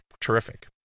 terrific